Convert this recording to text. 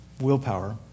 willpower